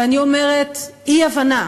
ואני אומרת: אי-הבנה,